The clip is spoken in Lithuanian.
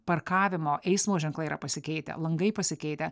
parkavimo eismo ženklai yra pasikeitę langai pasikeitę